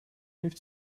heeft